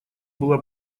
была